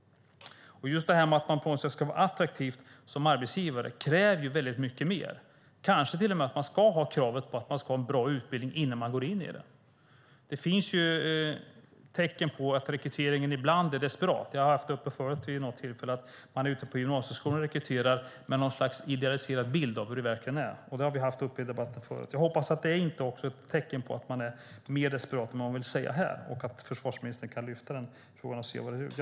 Just det här med att man på något sätt ska vara attraktiv som arbetsgivare kräver väldigt mycket mer. Kanske ska kravet till och med vara att man ska ha en bra utbildning innan man går in i det här. Det finns ju tecken på att rekryteringen ibland är desperat. Jag har vid något tillfälle tagit upp att man är ute på gymnasieskolor och rekryterar med något slags idealiserad bild av hur det verkligen är. Det har vi haft uppe i debatten förut. Jag hoppas att det inte är ett tecken på att man är mer desperat än vad man vill säga här och jag hoppas att försvarsministern kan lyfta upp den frågan.